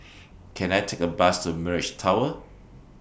Can I Take A Bus to Mirage Tower